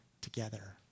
together